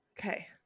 Okay